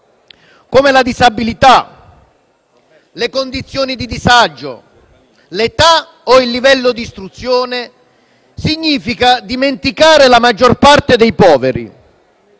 come la disabilità, le condizioni di disagio, l'età o il livello di istruzione, significa dimenticare la maggior parte dei poveri.